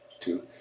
two